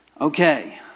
Okay